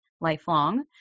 lifelong